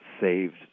saved